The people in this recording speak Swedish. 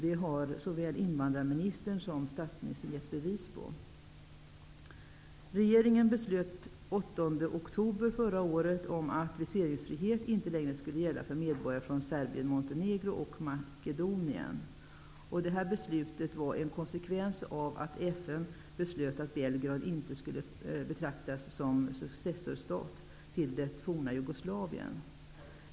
Det har såväl invandrarministern som statsminstern gett bevis på. Makedonien. Detta beslut var en konsekvens av att FN hade beslutat att Belgrad inte skulle betraktas som successor till det forna Jugoslavien.